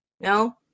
no